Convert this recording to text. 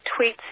tweets